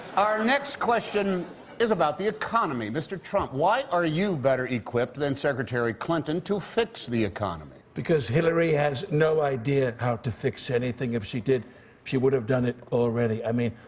our next question is about the economy. mr. trump, why are you better equipped than secretary clinton to fix the economy? because hillary has no idea how to fix anything. if she did she would have done it already. i mean,